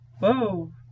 Whoa